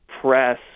press